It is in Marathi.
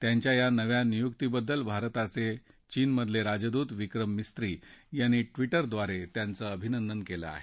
त्यांच्या नव्या नियुक्तीबद्दल भारताचे चीनमधले राजदूत विक्रम मिस्री यांनी ट्विटद्वारे त्यांचं अभिनंदन केलं आहे